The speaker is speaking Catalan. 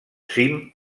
cim